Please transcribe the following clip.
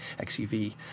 XUV